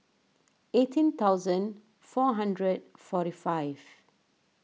eighteen thousand four hundred forty five